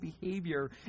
behavior